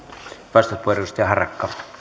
arvoisa